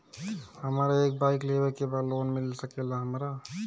हमरा एक बाइक लेवे के बा लोन मिल सकेला हमरा?